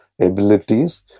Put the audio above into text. abilities